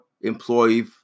employee